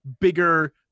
bigger